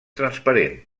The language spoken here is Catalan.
transparent